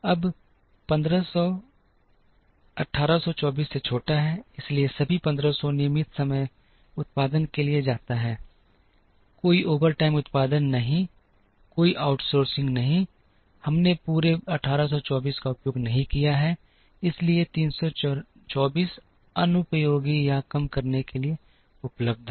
अब 1500 1824 से छोटा है इसलिए सभी 1500 नियमित समय उत्पादन के लिए जाता है कोई ओवरटाइम उत्पादन नहीं कोई आउटसोर्सिंग नहीं हमने पूरे 1824 का उपयोग नहीं किया है इसलिए 324 अनुपयोगी या कम करने के लिए उपलब्ध है